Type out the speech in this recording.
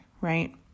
right